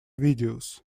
videos